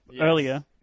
earlier